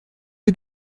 est